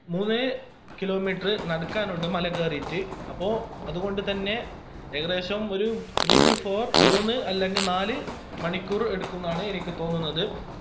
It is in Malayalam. മൂന്ന് കിലോമീറ്റർ നടുക്കാനുണ്ട് മല കയറിയിട്ട് അപ്പോൾ അതുകൊണ്ട് തന്നെ ഏകദേശം ഒരു ത്രീ റ്റു ഫോർ മൂന്ന് അല്ലെങ്കിൽ നാല് മണിക്കൂർ എടുക്കും എന്നാണ് എനിക്ക് തോന്നുന്നത്